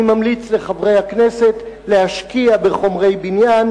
אני ממליץ לחברי הכנסת להשקיע בחומרי בניין,